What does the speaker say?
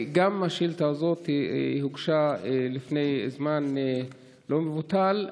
גם השאילתה הזאת הוגשה לפני זמן לא מבוטל,